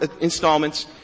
installments